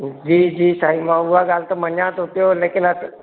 जी जी साईं मां उहा ॻाल्हि त मञा थो लेकिन